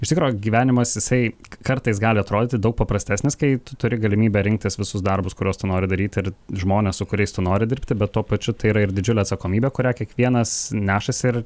iš tikro gyvenimas jisai kartais gali atrodyti daug paprastesnis kai tu turi galimybę rinktis visus darbus kuriuos tu nori daryti ir žmones su kuriais tu nori dirbti bet tuo pačiu tai yra ir didžiulė atsakomybė kurią kiekvienas nešasi ir